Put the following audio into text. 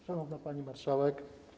Szanowna Pani Marszałek!